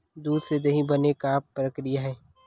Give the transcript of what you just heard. दूध से दही बने के का प्रक्रिया हे?